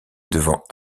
devant